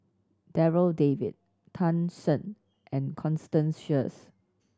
Darryl David Tan Shen and Constance Sheares